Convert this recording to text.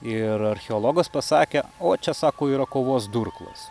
ir archeologas pasakė o čia sako yra kovos durklas